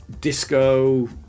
disco